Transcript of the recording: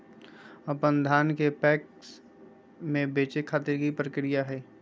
अपन धान के पैक्स मैं बेचे खातिर की प्रक्रिया हय?